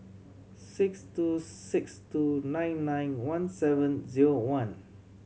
six two six two nine nine one seven zero one